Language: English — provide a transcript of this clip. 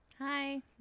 Hi